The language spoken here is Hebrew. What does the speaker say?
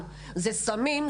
זה סמים,